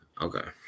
Okay